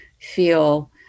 feel